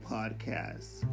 Podcasts